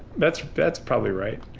that's that's probably right.